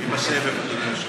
מי בסבב?